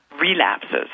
relapses